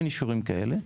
אין אישורים כאלה,